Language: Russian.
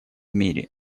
мире